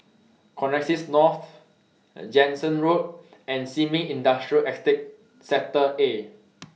Connexis North Jansen Road and Sin Ming Industrial Estate Sector A